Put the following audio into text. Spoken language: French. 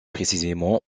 précisément